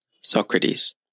Socrates